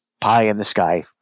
pie-in-the-sky